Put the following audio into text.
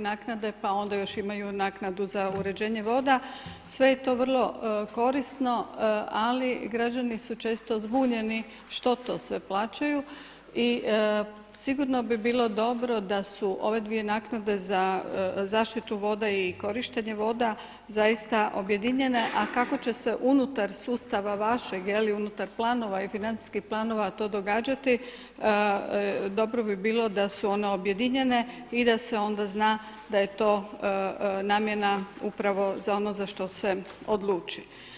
naknade, pa onda još imaju naknadu za uređenje voda, sve je to vrlo korisno, ali građani su često zbunjeni što to sve plaćaju i sigurno bi bilo dobro da su ove dvije naknade za zaštitu voda i korištenje voda zaista objedinjene, a kako će se unutar sustava vašeg, unutar planova i financijskih planova to događati, dobro bi bilo da su one objedinjene i da se onda zna da je to namjena upravo za ono što se odluči.